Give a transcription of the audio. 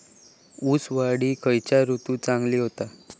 ऊस वाढ ही खयच्या ऋतूत चांगली होता?